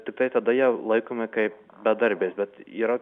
tiktai tada jie laikomi kaip bedarbiais bet yra